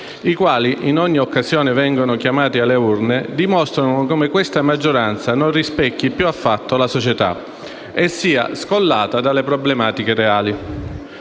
i quali, in ogni occasione in cui vengono chiamati alle urne, dimostrano come questa maggioranza non rispecchi affatto la società e sia scollata dalle problematiche reali.